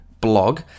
blog